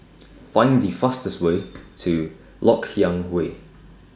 Find The fastest Way to Lok Yang Way